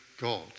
God